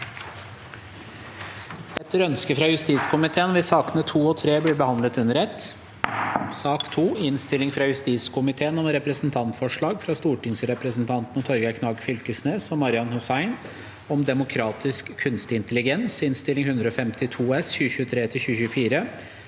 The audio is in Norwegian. Etter ønske fra justiskomiteen vil sakene nr. 2 og 3 bli behandlet under ett. S ak nr. 2 Innstilling fra justiskomiteen om Representantfor- slag fra stortingsrepresentantene Torgeir Knag Fylkesnes og Marian Hussein om demokratisk kunstig intelligens (Innst. 152 S (2023–2024),